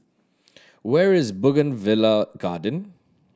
where is Bougainvillea Garden